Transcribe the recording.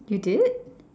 you did